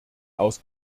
aus